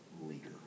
leader